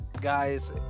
guys